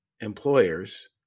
employers